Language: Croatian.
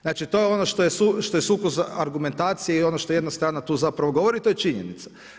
Znači to je ono što je sukus argumentacije i ono što jedna strana tu zapravo govori, to je činjenica.